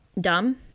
dumb